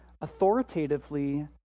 authoritatively